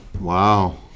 Wow